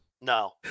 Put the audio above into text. No